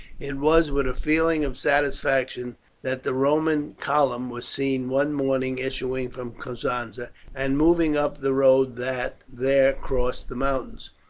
it was with a feeling of satisfaction that the roman column was seen one morning issuing from cosenza and moving up the road that there crossed the mountains.